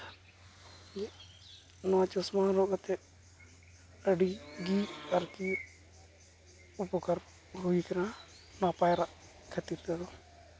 ᱱᱚᱣᱟ ᱪᱚᱥᱢᱟ ᱦᱚᱨᱚᱜ ᱠᱟᱛᱮᱫ ᱟᱹᱰᱤᱜᱮ ᱟᱨᱠᱤ ᱩᱯᱚᱠᱟᱨ ᱦᱩᱭ ᱠᱟᱱᱟ ᱱᱚᱣᱟ ᱯᱟᱭᱨᱟᱜ ᱠᱷᱟᱹᱛᱤᱨ ᱛᱮᱫᱚ